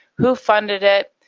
who funded it,